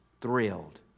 thrilled